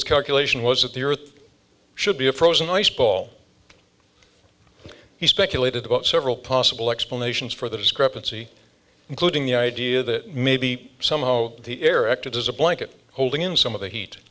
his calculation was that the earth should be a frozen ice ball he speculated about several possible explanations for the discrepancy including the idea that maybe somehow the air acted as a blanket holding in some of the heat